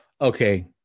okay